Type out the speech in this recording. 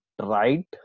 right